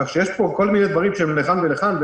כך שיש פה כל מיני דברים שהם לכאן ולכאן.